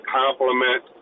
compliment